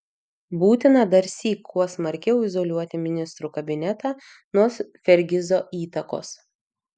būtina darsyk kuo smarkiau izoliuoti ministrų kabinetą nuo fergizo įtakos